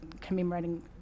commemorating